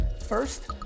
First